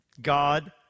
God